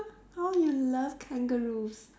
oh you love kangaroos